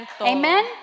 Amen